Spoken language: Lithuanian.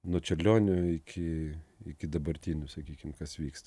nuo čiurlionio iki iki dabartinių sakykim kas vyksta